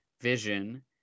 Vision